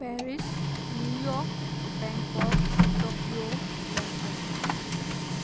Paris New York Bangkok Tokyo London